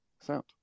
Sound